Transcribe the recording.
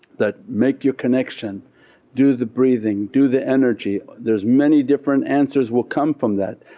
that make your connection do the breathing do the energy there's many different answers will come from that.